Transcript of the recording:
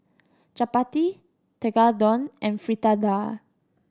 Chapati Tekkadon and Fritada